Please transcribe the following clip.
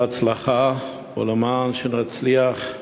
ההצלחה, שנצליח,